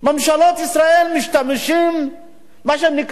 מה שנקרא, במדיניות הדלת המסתובבת.